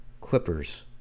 Clippers